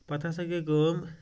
پَتہٕ ہسا گٔے کٲم